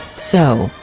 so,